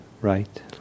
right